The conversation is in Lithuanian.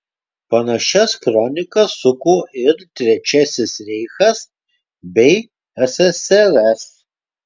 panašias kronikas suko ir trečiasis reichas bei ssrs